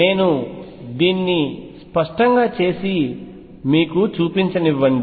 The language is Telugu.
నేను దీన్ని స్పష్టంగా చేసి మీకు చూపించనివ్వండి